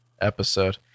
episode